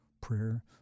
prayer